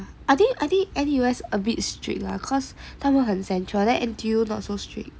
I think N_U_S a bit strict lah cause 他们很 central then N_T_U not so strict